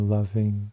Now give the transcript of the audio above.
loving